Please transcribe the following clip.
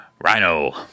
Rhino